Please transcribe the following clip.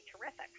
terrific